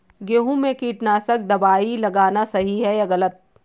गेहूँ में कीटनाशक दबाई लगाना सही है या गलत?